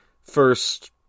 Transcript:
first